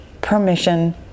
permission